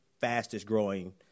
fastest-growing